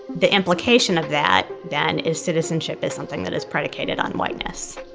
the implication of that, then, is citizenship is something that is predicated on whiteness.